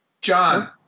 John